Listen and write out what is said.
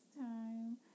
time